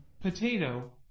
potato